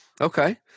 Okay